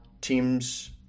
teams